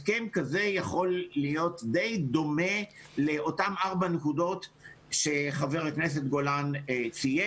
הסכם כזה יכול להיות די דומה לאותן ארבע נקודות שחבר הכנסת גולן ציין.